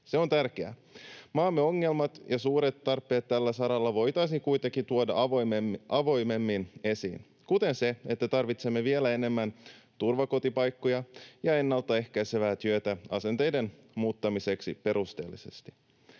Se on tärkeää. Maamme ongelmat ja suuret tarpeet tällä saralla voitaisiin kuitenkin tuoda avoimemmin esiin, kuten se, että tarvitsemme vielä enemmän turvakotipaikkoja ja ennaltaehkäisevää työtä asenteiden muuttamiseksi perusteellisesti.